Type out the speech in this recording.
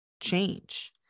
change